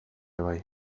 bai